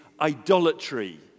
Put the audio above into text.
idolatry